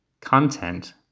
content